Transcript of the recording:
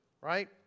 right